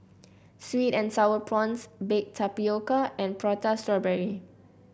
sweet and sour prawns Baked Tapioca and Prata Strawberry